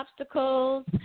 obstacles